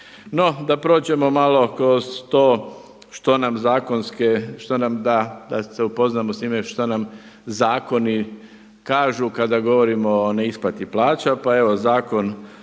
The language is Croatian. da prođemo malo kroz to što nam zakonske, što nam da da se upoznamo sa time što nam zakoni kažu kada govorimo o neisplati plaća. Pa evo Zakon